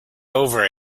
over